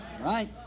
Right